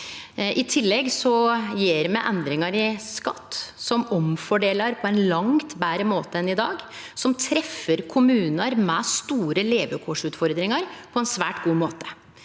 I tillegg gjer me endringar i skatt som omfordeler på ein langt betre måte enn i dag, og som treffer kommunar med store levekårsutfordringar på ein svært god måte.